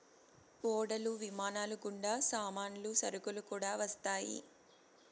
ఓడలు విమానాలు గుండా సామాన్లు సరుకులు కూడా వస్తాయి